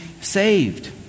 saved